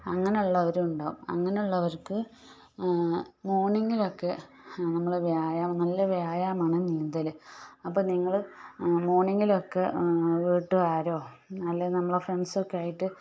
അങ്ങനെയുള്ളവരും ഉണ്ടാവും അങ്ങനെ ള്ളവർക്ക് മോണിങ്ങിലൊക്കെ നമ്മൾ വ്യായാമം നല്ല വ്യായാമമാണ് നീന്തൽ അപ്പം നിങ്ങൾ മോണ്ണിങ്ങിലൊക്കെ വീട്ടുകാരോ അല്ലേ നമ്മൾ ഫ്രണ്ട്സൊക്കെ ആയിട്ട്